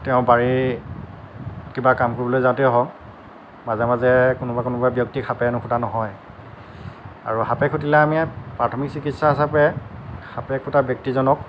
কেতিয়াবা বাৰীৰ কিবা কাম কৰিবলৈ যাওঁতেই হওক মাজে মাজে কোনোবা কোনোবা ব্যক্তিক সাপে নুখুটা নহয় আৰু সাপে খুটিলে আমি প্ৰাথমিক চিকিৎসা হিচাপে সাপে খুটা ব্যক্তিজনক